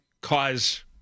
cause